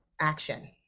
action